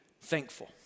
thankful